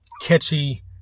catchy